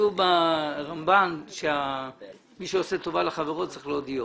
כתוב ברמב"ן שמי שעושה טובה לחברו, צריך להודיעו.